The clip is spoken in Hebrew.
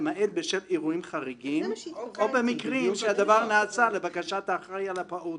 למעט בשל אירועים חריגים או במקרים שהדבר נעשה לבקשת האחראי על הפעוט